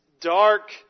dark